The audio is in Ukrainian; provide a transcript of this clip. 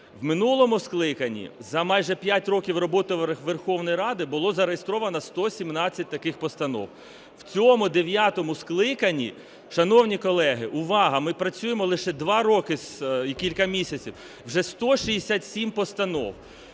В минулому скликанні за майже п'ять років роботи Верховної Ради було зареєстровано 117 таких постанов. В цьому дев'ятому скликанні, шановні колеги, увага, ми працюємо лише два роки і кілька місяців, вже 167 постанов.